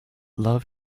love